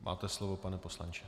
Máte slovo, pane poslanče.